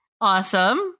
Awesome